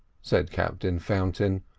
said captain fountain,